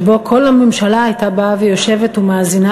שבו כל הממשלה הייתה באה ויושבת ומאזינה